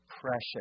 precious